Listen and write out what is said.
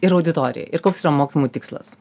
ir auditorija ir koks yra mokymų tikslas